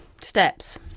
Steps